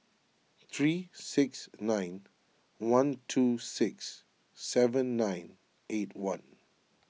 three six nine one two six seven nine eight one